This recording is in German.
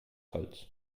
holz